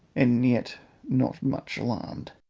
and yet not much alarmed.